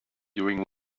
during